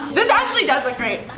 this actually does like great.